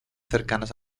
cercanas